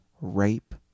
rape